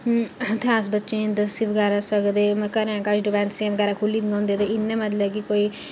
उत्थैं अस बच्चें दस्सी बगैरा सकदे घरैं कच्छ डिसपेंसरियां बगैरा खुल्ली दियां होन्दियां इ'नें मतलब कि कोई